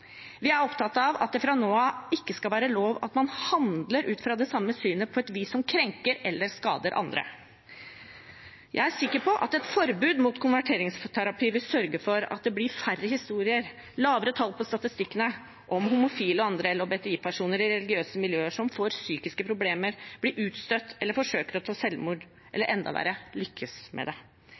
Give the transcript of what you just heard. vi er opptatt av at det fra nå av ikke skal være lov å handle ut fra det samme synet på et vis som krenker eller skader andre. Jeg er sikker på at et forbud mot konverteringsterapi vil sørge for at det blir færre historier og lavere tall på statistikkene om homofile og andre LHBTI-personer i religiøse miljøer som får psykiske problemer, blir utstøtt eller forsøker å ta selvmord, eller enda verre – lykkes med det.